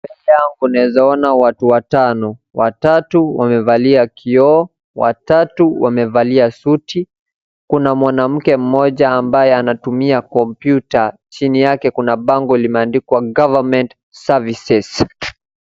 Mbele yangu naeza ona watu watano, watatu amevalia kiooo, watatu wamevalia suti, kuna mwanamke mmoja ambaye anatumia kompyuta, chini yake kuna bango limeandikwa government services.